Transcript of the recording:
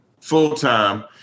full-time